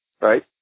right